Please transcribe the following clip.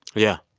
yeah.